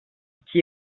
iki